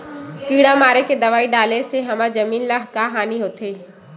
किड़ा मारे के दवाई डाले से हमर जमीन ल का हानि होथे?